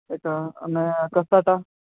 એક અને કસાટા